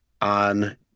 on